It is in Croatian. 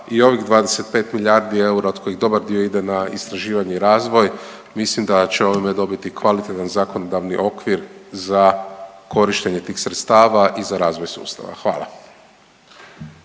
i ovih 25 milijardi eura od kojih dobar dio ide na istraživanje i razvoj mislim da će ovime dobiti kvalitetan zakonodavni okvir za korištenje tih sredstava i za razvoj sustava. Hvala.